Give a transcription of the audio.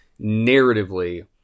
narratively